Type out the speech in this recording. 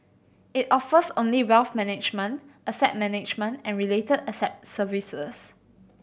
it offers only wealth management asset management and related asset services